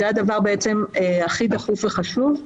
זה הדבר הכי דחוף וחשוב.